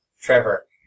Trevor